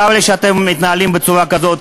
צר לי שאתם מתנהלים בצורה כזאת.